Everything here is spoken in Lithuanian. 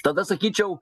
tada sakyčiau